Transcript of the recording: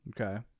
Okay